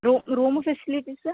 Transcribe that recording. room room facilities